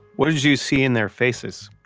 what'd you see in their faces?